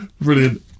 Brilliant